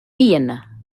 vienna